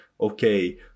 okay